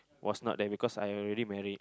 was not there because I already married